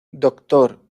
doctor